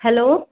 hello